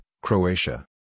Croatia